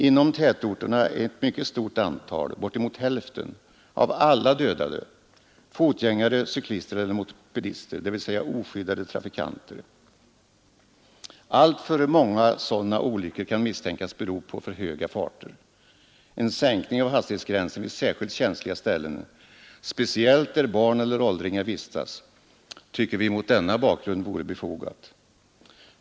Inom tätorterna utgörs ett mycket stort antal — bortemot hälften — av alla dödade av fotgängare, cyklister eller mopedister, dvs. oskyddade trafikanter. Alltför många sådana olyckor kan misstänkas bero på för höga farter. En sänkning av hastighetsgränsen vid särskilt känsliga ställen, speciellt där barn eller åldringar vistas, tycker vi mot denna bakgrund vore befogad.